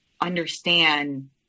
understand